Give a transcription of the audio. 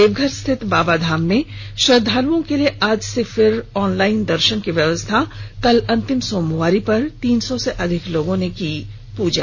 देवघर स्थित बाबाधाम में श्रद्वालुओं के लिए आज से फिर ऑनलाइन दर्शन की व्यवस्था कल अंतिम सोमवारी पर तीन सौ से अधिक लोगों ने की पूजा